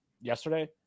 yesterday